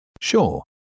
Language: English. Sure